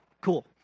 Cool